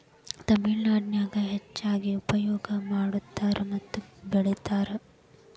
ತಮಿಳನಾಡಿನ್ಯಾಗ ಹೆಚ್ಚಾಗಿ ಉಪಯೋಗ ಮಾಡತಾರ ಮತ್ತ ಬೆಳಿತಾರ